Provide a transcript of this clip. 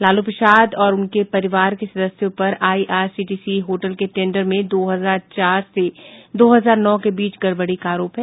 लालू प्रसाद और उनके परिवार के सदस्यों पर आईआरसीटीसी होटल के टेंडर में दो हजार चार से दो हजार नौ के बीच गड़बड़ी का आरोप है